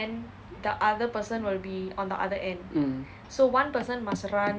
mm